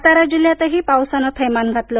सातारा जिल्ह्यात पावसान थैमान घातलं